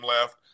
left